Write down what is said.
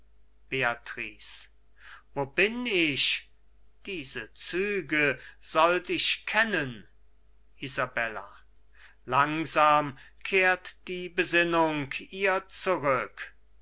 wo bin ich diese züge sollt ich kennen isabella langsam kehrt die besinnung ihr zurück